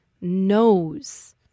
knows